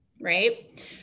right